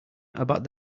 about